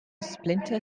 splinter